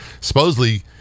supposedly